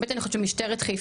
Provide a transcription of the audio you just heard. באמת אני חושבת שמשטרת חיפה,